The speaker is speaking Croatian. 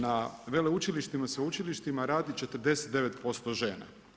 Na veleučilištima, sveučilištima radi 49% žena.